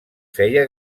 feia